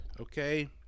okay